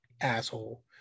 asshole